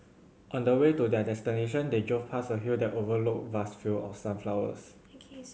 on the way to their destination they drove past a hill that overlooked vast field of sunflowers